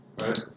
Right